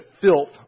filth